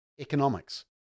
economics